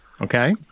okay